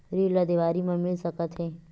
ऋण ला देवारी मा मिल सकत हे